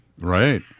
Right